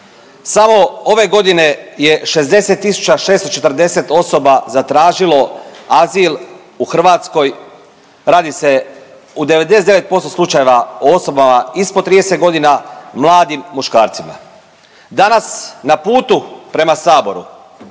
Samo ove godine je 60 640 osoba zatražilo azil u Hrvatskoj, radi se u 99% slučajeva o osobama ispod 30 godina, mladim muškarcima. Danas na putu prema Saboru